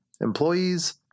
employees